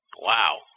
Wow